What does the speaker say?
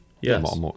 Yes